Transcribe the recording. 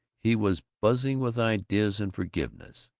he was buzzing with ideas and forgiveness.